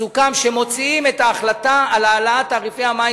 סוכם שמוציאים את ההחלטה על העלאת תעריפי המים